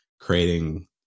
creating